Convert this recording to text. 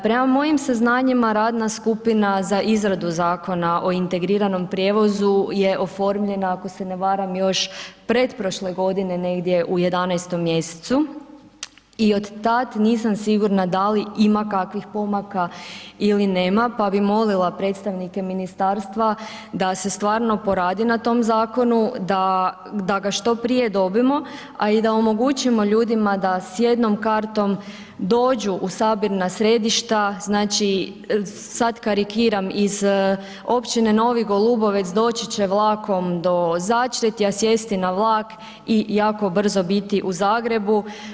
Prema mojim saznanjima radna skupina za izradu Zakona o integriranim prijevozu je oformljena ako se ne varam, još pretprošle godine, negdje u 11. mj. i od tam nisam sigurna da li ima kakvih pomaka ili ne pa bi molila predstavnike ministarstva da se stvarno poradi na tom zakonu, da g što prije dobijemo a i da omogućimo ljudima da s jednom kartom dođu u sabirna središta, znači sad karikiram iz općine Novi Golubovec doći će vlakom do Začretja, sjesti na vlak i jako brzo biti u Zagrebu.